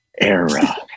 Era